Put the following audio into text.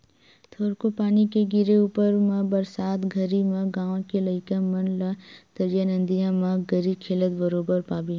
थोरको पानी के गिरे ऊपर म बरसात घरी म गाँव घर के लइका मन ला तरिया नदिया म गरी खेलत बरोबर पाबे